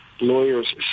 lawyers